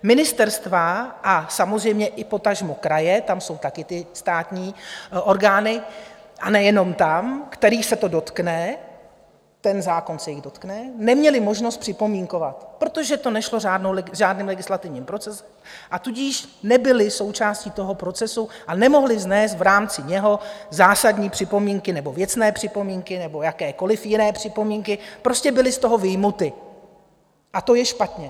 Ministerstva a samozřejmě i potažmo kraje, tam jsou taky ty státní orgány, a nejenom tam, kterých se to dotkne, ten zákon se jich dotkne, neměly možnost připomínkovat, protože to nešlo řádným legislativním procesem, a tudíž nebyly součástí toho procesu a nemohly vznést v rámci něho zásadní připomínky, nebo věcné připomínky, nebo jakékoli jiné připomínky, prostě byly z toho vyjmuty, a to je špatně.